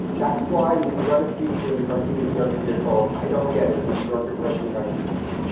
that's why we run a feature in the cartoon issue every year called i don't get it the new yorker cartoon i q. test.